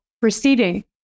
proceeding